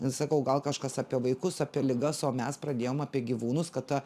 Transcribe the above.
sakau gal kažkas apie vaikus apie ligas o mes pradėjom apie gyvūnus kad ta